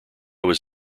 was